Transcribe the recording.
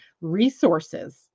resources